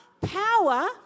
power